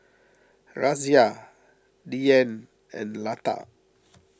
Razia Dhyan and Lata